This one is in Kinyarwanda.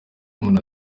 umuntu